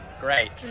Great